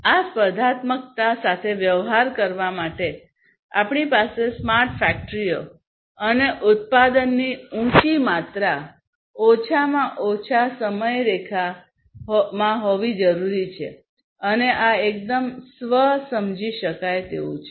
આ સ્પર્ધાત્મકતા સાથે વ્યવહાર કરવા માટે અમારી પાસે સ્માર્ટ ફેક્ટરીઓ અને ઉત્પાદનની ઉંચી માત્રા ઓછામાં ઓછી સમયરેખામાં હોવી જરૂરી છે અને આ એકદમ સ્વ સમજી શકાય તેવું છે